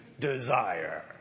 desire